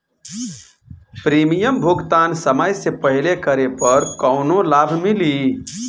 Premium भुगतान समय से पहिले करे पर कौनो लाभ मिली?